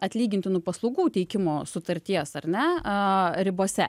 atlygintinų paslaugų teikimo sutarties ar ne ribose